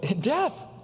Death